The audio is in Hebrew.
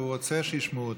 והוא רוצה שישמעו אותו.